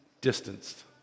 distanced